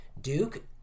Duke